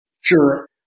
Sure